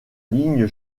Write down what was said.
ligne